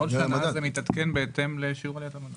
בכל שנה זה מתעדכן בהתאם לשיעור עליית המדד.